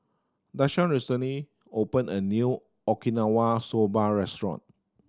Dashawn recently opened a new Okinawa Soba Restaurant